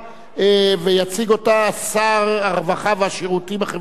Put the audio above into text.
יציג אותה שר הרווחה והשירותים החברתיים,